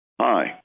Hi